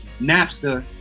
Napster